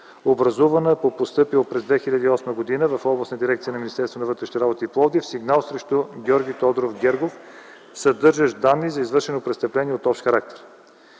Образувано е по постъпил през 2008 г. в Областна дирекция на Министерството на вътрешните работи – Пловдив, сигнал срещу Георги Тодоров Гергов, съдържащ данни за извършено престъпление от общ характер.